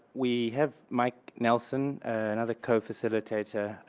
we have mike nelson, another cofacilitator.